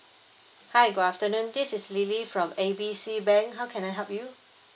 hi good afternoon this is lily from A B C bank how can I help you